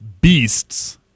beasts